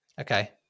Okay